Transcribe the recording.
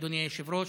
אדוני היושב-ראש,